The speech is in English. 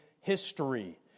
history